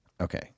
okay